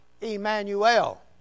Emmanuel